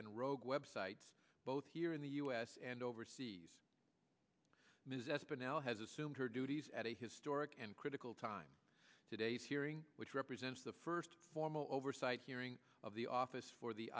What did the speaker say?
and rogue websites both here in the u s and overseas ms s but now has assumed her duties at a historic and critical time today's hearing which represents the first formal oversight hearing of the office for the